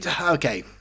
Okay